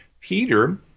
Peter